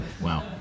Wow